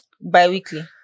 bi-weekly